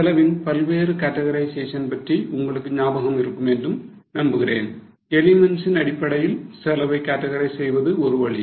செலவின் பல்வேறு categorization பற்றி உங்களுக்கு ஞாபகம் இருக்கும் என்று நம்புகிறேன் எலிமென்ட்ஸ்சின் அடிப்படையில் செலவை categorizing செய்வது ஒரு வழி